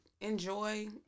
enjoy